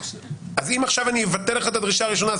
אז אם עכשיו אבטל לך את הדרישה הראשונה,